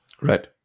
Right